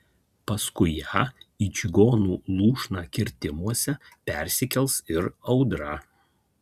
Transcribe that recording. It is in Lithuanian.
paskui ją į čigonų lūšną kirtimuose persikels ir audra